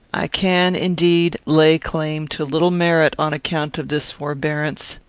i can, indeed, lay claim to little merit on account of this forbearance.